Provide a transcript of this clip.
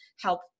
help